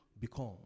become